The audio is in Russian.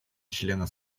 члена